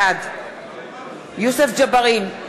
בעד יוסף ג'בארין,